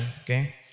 okay